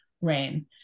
rain